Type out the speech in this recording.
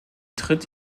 tritt